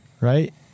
Right